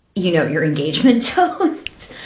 you know, your engagement toast,